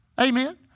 Amen